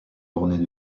ornées